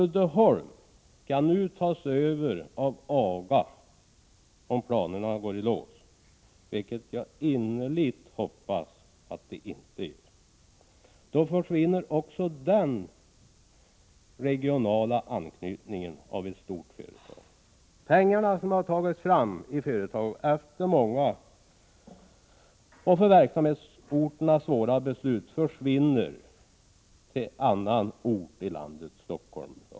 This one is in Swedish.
Uddeholm skall nu tas över av AGA, om planerna går i lås, vilket jag innerligt hoppas att de inte gör. Då skulle också den regionala anknytningen för detta storföretag försvinna. De pengar som tagits fram i företaget efter många och för verksamhetsorterna svåra beslut skulle försvinna till en annan ort i landet.